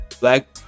Black